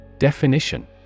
Definition